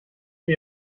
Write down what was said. die